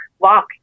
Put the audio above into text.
Walk